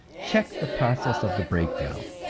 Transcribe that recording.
check the process of the breakdown.